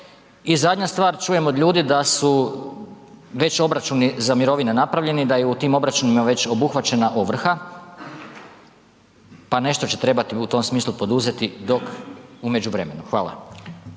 I zadnja stvar, čujem od ljudi da su već obračuni za mirovine napravljeni, da je u tim obračunima već obuhvaćena ovrha, pa nešto će trebati u tom smislu poduzeti dok u međuvremenu. Hvala.